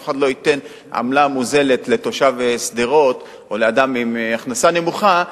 אף אחד לא ייתן עמלה מוזלת לתושב שדרות או לאדם עם הכנסה נמוכה,